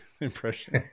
impression